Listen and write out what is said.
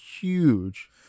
huge